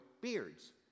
beards